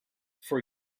for